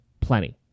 Plenty